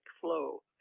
flow